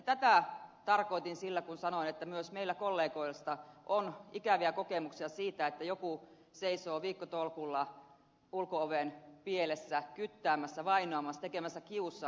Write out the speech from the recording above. tätä tarkoitin sillä kun sanoin että myös meidän kollegoillamme on ikäviä kokemuksia siitä että joku seisoo viikkotolkulla ulko oven pielessä kyttäämässä vainoamassa tekemässä kiusaa